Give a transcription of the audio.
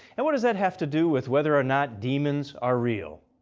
and what does that have to do with whether or not demons are real?